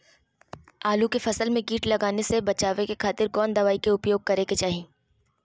आलू के फसल में कीट लगने से बचावे खातिर कौन दवाई के उपयोग करे के चाही?